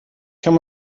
kann